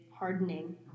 hardening